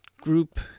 group